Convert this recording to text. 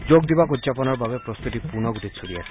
যোগ দিৱস উদযাপনৰ বাবে প্ৰস্তুতি পূৰ্ণগতিত চলি আছে